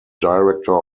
director